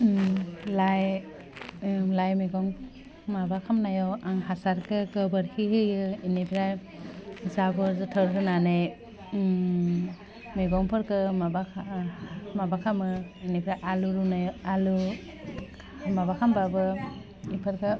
लाइ लाइ मैगं माबा खामनायाव आं हासारखो गोबोरखि होयो एनिफ्राइ जाबोर जोथार होनानै मैगंफोरखो माबा माबा खामो बिनिफ्राइ आलु रुनाय आलु माबा खामबाबो बेफोरखौ